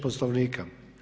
Poslovnika.